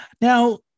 Now